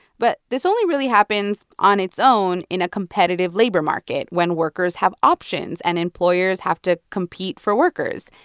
but this only really happens on its own in a competitive labor market, when workers have options and employers have to compete for workers.